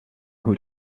who